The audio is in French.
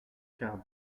quart